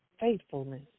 faithfulness